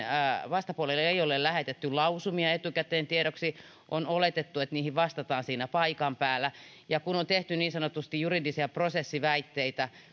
vastapuolelle ei ole lähetetty lausumia etukäteen tiedoksi on oletettu että niihin vastataan siinä paikan päällä ja kun on tehty niin sanotusti juridisia prosessiväitteitä